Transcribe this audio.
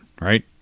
right